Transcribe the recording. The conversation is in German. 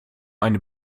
eine